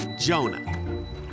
Jonah